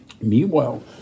Meanwhile